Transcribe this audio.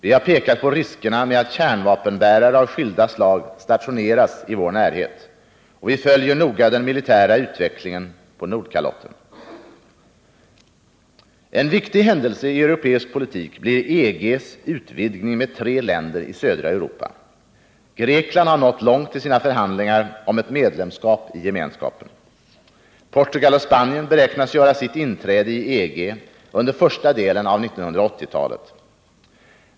Vi har pekat på riskerna med att kärnvapenbärare av skilda slag stationeras i vår närhet, och vi följer noga den militära utvecklingen på Nordkalotten. En viktig händelse i europeisk politik blir EG:s utvidgning med tre länder i södra Europa. Grekland har nått långt i sina förhandlingar om ett medlemskap i gemenskapen. Portugal och Spanien beräknas göra sitt inträde i EG under första delen av 1980-talet.